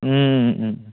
उम उम